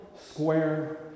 square